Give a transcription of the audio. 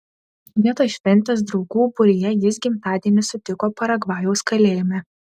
vietoj šventės draugų būryje jis gimtadienį sutiko paragvajaus kalėjime